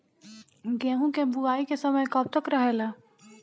गेहूँ के बुवाई के समय कब तक रहेला?